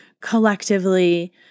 collectively